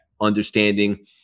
understanding